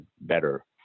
better